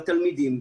של התלמידים,